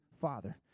father